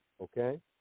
okay